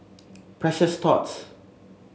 Precious Thots